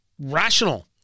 rational